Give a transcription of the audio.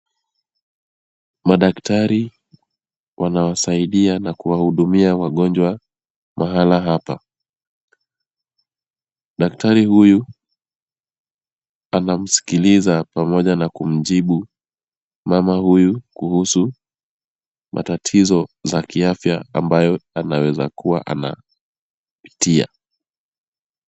Madaktari wanawasaidia na kuwahudumia wagonjwa mahala hapa. Daktari huyu anamsikiliza pamoja na kumjibu mama huyu kuhusu matatizo ya kiafya ambayo anaweza kuwa anapitia.